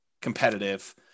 competitive